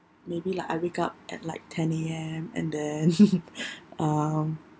maybe like I wake up at like ten A_M and then um